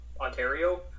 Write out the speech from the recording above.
ontario